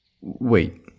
Wait